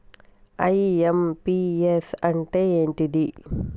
IMPS అంటే ఏంటిది?